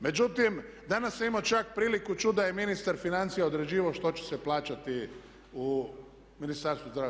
Međutim, danas sam imao čak priliku čuti da je ministar financija određivao što će se plaćati u Ministarstvu zdravlja.